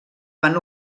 van